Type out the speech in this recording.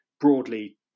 broadly